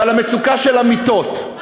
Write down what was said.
ועל המצוקה של המיטות,